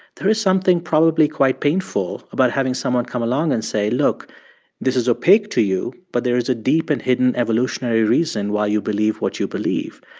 there is something probably quite painful about having someone come along and say, look this is opaque to you, but there is a deep and hidden evolutionary reason why you believe what you believe.